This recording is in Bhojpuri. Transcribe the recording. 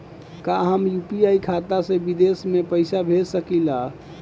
का हम यू.पी.आई खाता से विदेश म पईसा भेज सकिला?